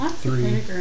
three